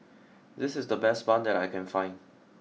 this is the best Bun that I can find